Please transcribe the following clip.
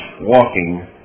walking